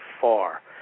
far